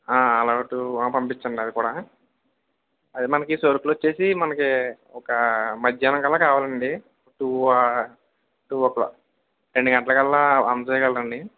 all Out పంపించండి అది కూడా అది మనకి సరుకులు వచ్చి మనకి ఒక మధ్యాహ్నం కల్లా కావాలండి టూ టూ ఓ క్లాక్ రెండు గంటల కల్లా అందచేయగలరా అండి